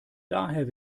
daher